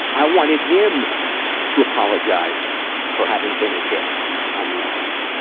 i wanted him to apologize for having been a dick on the ice.